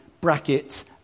brackets